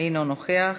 אינו נוכח,